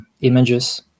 images